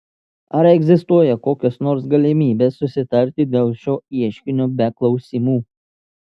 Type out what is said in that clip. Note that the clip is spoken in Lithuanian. ar egzistuoja kokios nors galimybės susitarti dėl šio ieškinio be klausymų